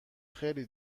خیلی